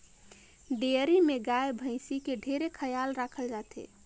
dairy में गाय, भइसी के ढेरे खयाल राखल जाथे